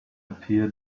appear